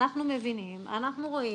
אנחנו מבינים, אנחנו רואים,